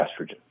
estrogen